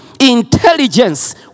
intelligence